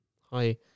Hi